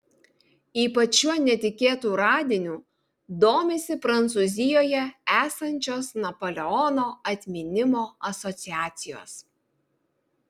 ypač šiuo netikėtu radiniu domisi prancūzijoje esančios napoleono atminimo asociacijos